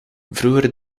vroeger